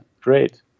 great